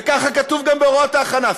וככה כתוב גם בהוראות ההכנה.